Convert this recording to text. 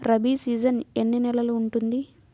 Rabi season ఎన్ని నెలలు ఉంటుంది?